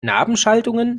nabenschaltungen